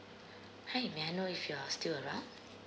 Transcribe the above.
hi may I know if you're still around